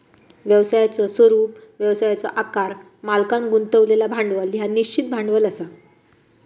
व्यवसायाचो स्वरूप, व्यवसायाचो आकार, मालकांन गुंतवलेला भांडवल ह्या निश्चित भांडवल असा